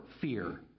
fear